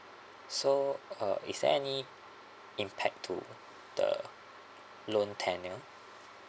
so uh is there any impact to the loan tenure